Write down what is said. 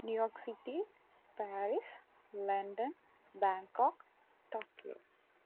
New York city Paris London Bangkok Tokyo